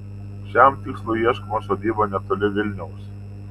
šiam tikslui ieškoma sodyba netoli vilniaus